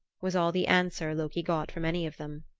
was all the answer loki got from any of them.